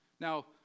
Now